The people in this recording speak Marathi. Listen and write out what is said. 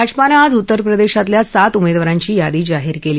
भाजपानं आज उत्तरप्रदक्षीतल्या सात उमद्खारांची यादी जाहीर कली